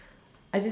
I just